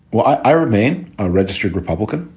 well, i remain a registered republican.